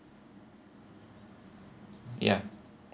ya